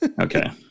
Okay